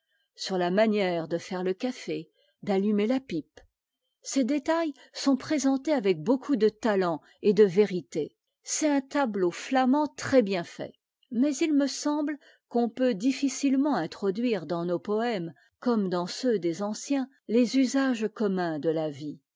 sur la manière de faire le café d'allumer la pipe ces détails sont présentés avec beaucoup de talent et de vérité c'est un tableau flamand très-bien fait mais il me semble qu'on peut difficilement introduire dans nos poëmes comme dans ceux des anciens les usages communs de la vie